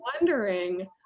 wondering